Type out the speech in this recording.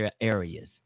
areas